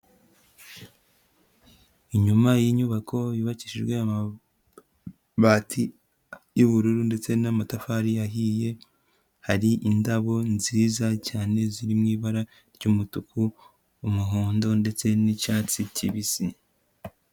Inyuma y'inyubako yubakishijwe amabati y'ubururu ndetse n'amatafari ahiye, hari indabo nziza cyane ziri mu ibara ry'umutuku, umuhondo ndetse n'icyatsi kibisi.